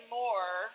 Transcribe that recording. more